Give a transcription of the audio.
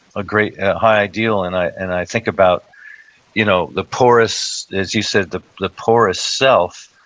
a great high ideal. and i and i think about you know the porous, as you said, the the porous self,